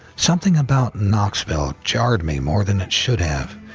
something about knoxville jarred me more than it should have.